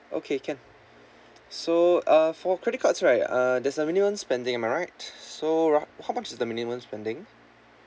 okay can so uh for credit cards right uh there's a minimum spending am I right so rough~ how much is the minimum spending